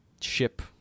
ship